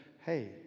hey